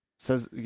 says